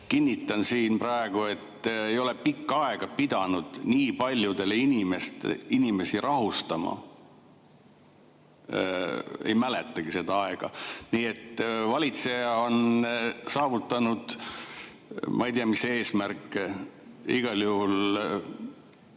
Kinnitan siin praegu, et ma ei ole pikka aega pidanud nii palju inimesi rahustama. Ei mäletagi seda aega. Nii et valitseja on saavutanud ma ei tea mis eesmärke. Igal juhul